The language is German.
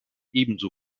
ebenso